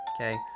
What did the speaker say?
okay